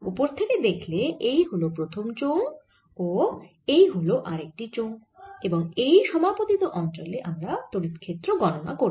ওপর থেকে দেখলে এই হল প্রথম চোঙ ও এই হল আরেকটি চোঙ এবং এই সমাপতিত অঞ্চলে আমরা তড়িৎ ক্ষেত্র গণনা করব